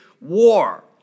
war